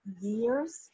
years